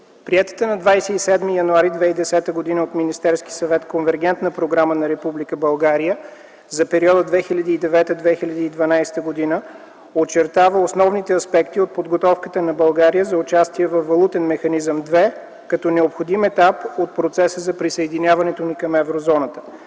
Приетата на 27 януари 2010 г. от Министерския съвет Конвергентна програма на Република България за периода 2009-2012 г. очертава основните аспекти от подготовката на България за участие в Европейски валутен механизъм ІІ, като необходим етап от процеса на присъединяването ни към еврозоната.